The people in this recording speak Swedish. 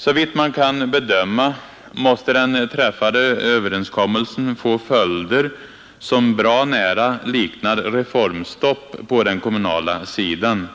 Såvitt man kan bedöma måste den träffade överenskommelsen få följder som bra nära liknar reformstopp på den kommunala sidan.